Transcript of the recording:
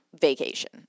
vacation